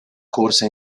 corsa